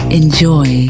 enjoy